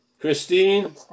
Christine